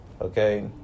okay